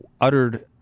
uttered